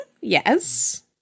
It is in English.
Yes